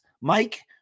Mike